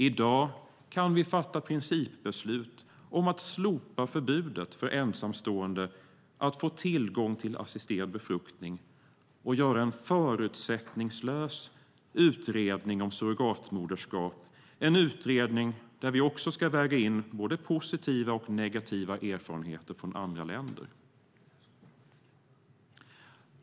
I dag kan vi fatta principbeslut om att slopa förbudet för ensamstående att få tillgång till assisterad befruktning och göra en förutsättningslös utredning om surrogatmoderskap, en utredning där vi ska väga in både positiva och negativa erfarenheter från andra länder.